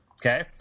Okay